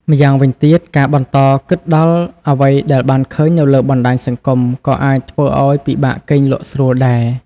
ម្យ៉ាងវិញទៀត ការបន្តគិតដល់អ្វីដែលបានឃើញនៅលើបណ្ដាញសង្គម ក៏អាចធ្វើឱ្យពិបាកគេងលក់ស្រួលដែរ។